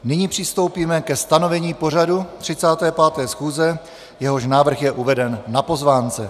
Nyní přistoupíme ke stanovení pořadu 35. schůze, jehož návrh je uveden na pozvánce.